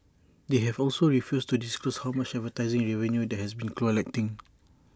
they have also refused to disclose how much advertising revenue they have been collecting